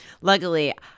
Luckily